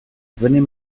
venez